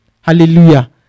Hallelujah